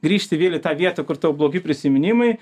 grįžti vėl į tą vietą kur tau blogi prisiminimai